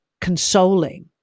consoling